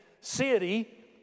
city